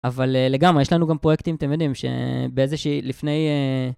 אבל לגמרי, יש לנו גם פרויקטים, אתם יודעים, שבאיזה שהיא, לפני...